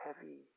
heavy